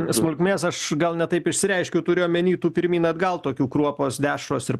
smulkmės aš gal ne taip išsireiškiau turiu omeny tų pirmyn atgal tokių kruopos dešros ir